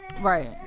right